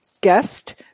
guest